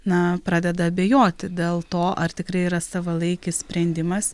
na pradeda abejoti dėl to ar tikrai yra savalaikis sprendimas